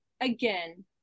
again